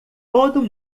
todo